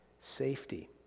safety